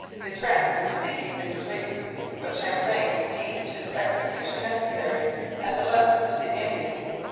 his friends were seeking his release but champlain deemed his execution necessary as a lesson to the indians.